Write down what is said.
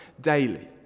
daily